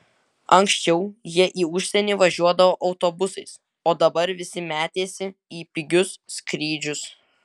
anksčiau jie į užsienį važiuodavo autobusais o dabar visi metėsi į pigius skrydžius